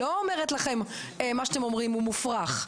אני לא אומרת לכם שמה שאתם אומרים הוא מופרך.